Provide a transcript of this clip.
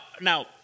now